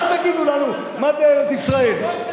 אל תגידו לנו מה זה ארץ-ישראל,